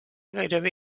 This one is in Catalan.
gairebé